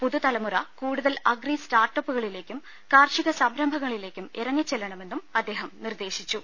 പുതു തലമുറ കൂടുതൽ അഗ്രി സ്റ്റാർട്ട് അപ്പുകളിലേക്കും കാർഷിക സംരംഭങ്ങളിലേക്കും ഇറങ്ങി ച്ചെല്ലണമെന്നും അദ്ദേഹം നിർദ്ദേശിച്ചു